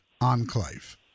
Enclave